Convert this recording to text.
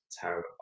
terrible